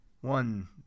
One